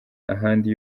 ahandi